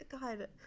God